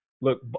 Look